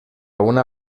una